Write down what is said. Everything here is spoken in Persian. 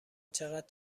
چقد